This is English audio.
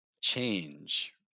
change